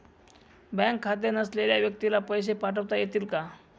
Bank खाते नसलेल्या व्यक्तीला पैसे पाठवता येतील का?